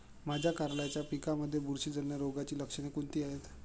माझ्या कारल्याच्या पिकामध्ये बुरशीजन्य रोगाची लक्षणे कोणती आहेत?